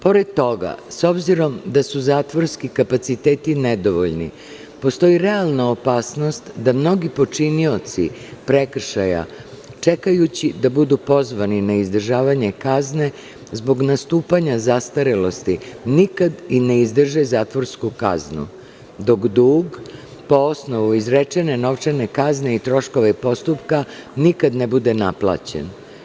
Pored toga, s obzirom da su zatvorski kapaciteti nedovoljni, postoji realna opasnost da mnogi počinioci prekršaja, čekajući da budu pozvani na izdržavanje kazne, zbog nastupanja zastarelosti nikad i ne izdrže zatvorsku kaznu, dok dug po osnovu izrečene novčane kazne i troškove postupka nikad ne bude naplaćen.